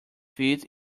feet